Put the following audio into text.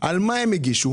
על מה הם הגישו,